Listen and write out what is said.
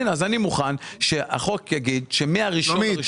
אני מוכן שהחוק יגיד שמה-1 בינואר